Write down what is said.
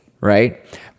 right